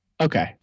Okay